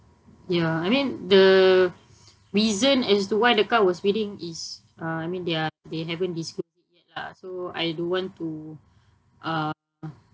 ya I mean the reason as to why the car was speeding is uh I mean they're they are haven't disclosed yet lah so I don't want to uh